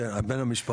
כן, בן המשפחה.